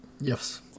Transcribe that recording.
Yes